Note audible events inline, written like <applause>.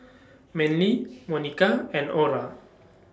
<noise> Manly <noise> Monica and Ora